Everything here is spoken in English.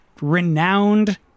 renowned